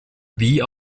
wie